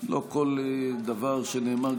לא כל דבר שנאמר,